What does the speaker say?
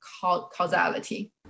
causality